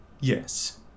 yes